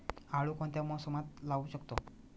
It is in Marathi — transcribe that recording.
आळू कोणत्या मोसमात लावू शकतो?